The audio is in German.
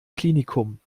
klinikum